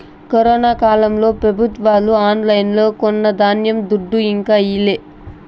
corona కాలంల పెబుత్వాలు ఆన్లైన్లో కొన్న ధాన్యం దుడ్డు ఇంకా ఈయలే